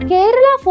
Kerala